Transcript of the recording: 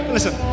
listen